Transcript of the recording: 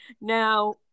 Now